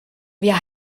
wir